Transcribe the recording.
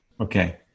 Okay